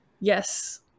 Yes